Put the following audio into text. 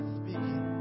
speaking